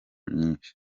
myinshi